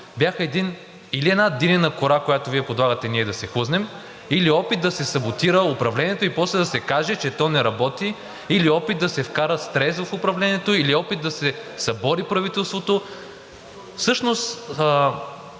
бяха: или една динена кора, която Вие подлагате ние да се хлъзнем; или опит да се саботира управлението и после да се каже, че то не работи; или опит да се вкара стрес в управлението; или опит да се събори правителството. Всъщност